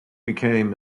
became